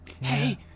Hey